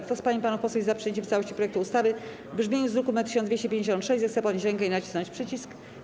Kto z pań i panów posłów jest za przyjęciem w całości projektu ustawy w brzmieniu z druku nr 1256, zechce podnieść rękę i nacisnąć przycisk.